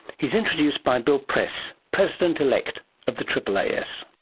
he's introduced by bill press, president-elect of the aaas.